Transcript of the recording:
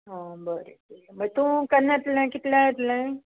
आं बरें मागीर तूं केन्ना येतलें कितल्यांक येतलें